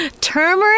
Turmeric